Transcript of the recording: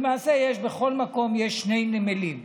למעשה בכל מקום יש שני נמלים,